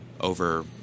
Over